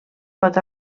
pot